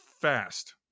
fast